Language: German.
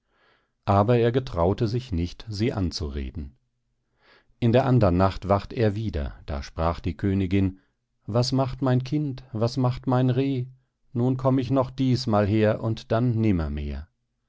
aber er getraute sich nicht sie anzureden in der andern nacht wacht er wieder da sprach die königin was macht mein kind was macht mein reh nun komm ich noch diesmal her und dann